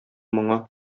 моңы